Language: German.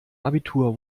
abitur